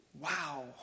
Wow